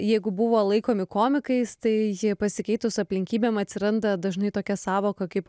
jeigu buvo laikomi komikais tai pasikeitus aplinkybėm atsiranda dažnai tokia sąvoka kaip